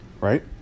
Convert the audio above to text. right